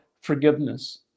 forgiveness